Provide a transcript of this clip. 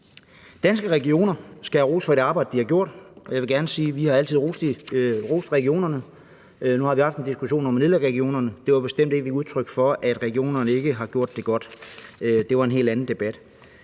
Danske Regioner skal have ros for det arbejde, de har gjort, og jeg vil gerne sige, at vi altid har rost regionerne. Nu har vi haft en diskussion om at nedlægge regionerne, og det var bestemt ikke et udtryk for, at regionerne ikke har gjort det godt, og det var en helt anden debat.